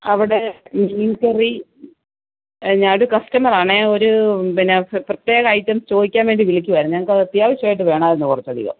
അവിടെ മീൻകറി ഞാനൊരു കസ്റ്റമർ ആണേ ഒരു പിന്നെ പ്രത്യേക ഐറ്റം ചോദിക്കാൻ വേണ്ടി വിളിക്കുകയായിരുന്നേ ഞങ്ങൾക്ക് അത് അത്യാവശ്യമായിട്ട് വേണമായിരുന്നു കുറച്ച് അധികം